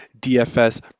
DFS